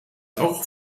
auch